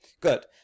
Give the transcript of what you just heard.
Good